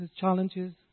challenges